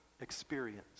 experience